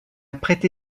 prêté